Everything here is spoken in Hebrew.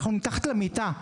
אנחנו מתחת למיטה,